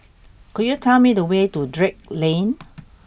could you tell me the way to Drake Lane